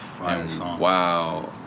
Wow